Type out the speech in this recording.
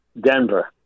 Denver